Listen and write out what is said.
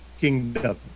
kingdom